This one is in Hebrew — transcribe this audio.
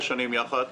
שש שנים יחד.